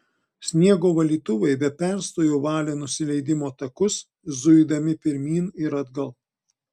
sniego valytuvai be perstojo valė nusileidimo takus zuidami pirmyn ir atgal